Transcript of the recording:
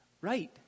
Right